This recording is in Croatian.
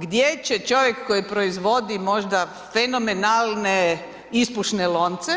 Gdje će čovjek koji proizvodi možda fenomenalne ispušne lonce